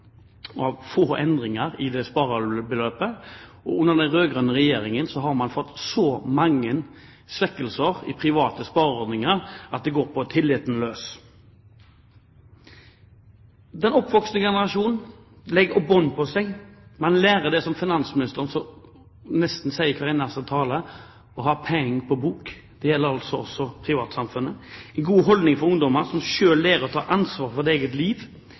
regjeringen har man fått så mange svekkelser i private spareordninger at det går på tilliten løs. Den oppvoksende generasjon lærer å legge bånd på seg. Man lærer det som finansministeren sier i nesten hver eneste tale: å ha «peeng» på bok. Det gjelder altså at private lærer ungdommer å ha gode holdninger og at de lærer å ta ansvar for eget liv,